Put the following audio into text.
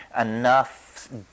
enough